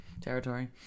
territory